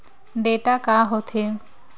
Data का होथे?